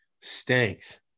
stinks